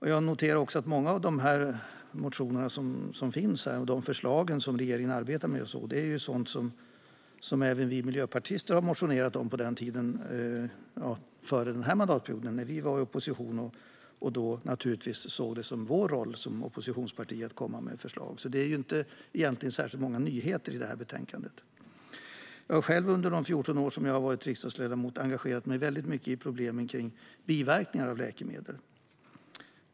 Jag noterar också att många av de motioner som finns här och de förslag regeringen arbetar med är sådant som även vi miljöpartister har motionerat om före den här mandatperioden, när vi var i opposition och naturligtvis såg det som vår roll som oppositionsparti att komma med förslag. Det finns alltså egentligen inte särskilt många nyheter i betänkandet. Jag har själv under de 14 år då jag har varit riksdagsledamot engagerat mig mycket i problemen med biverkningar av läkemedel.